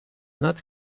not